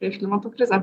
prieš klimato krizę